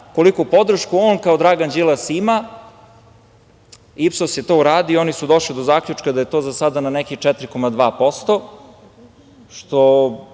koliku podršku on kao Dragan Đilas ima, Ipsos je to uradio i oni su došli do zaključka da je to za sada na nekih 4,2%, što